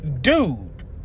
dude